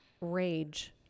rage